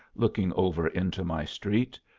looking over into my street,